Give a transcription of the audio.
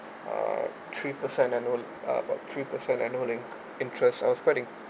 uh three percent annual about three percent annually interest I was quite in